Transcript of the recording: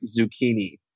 Zucchini